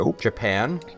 japan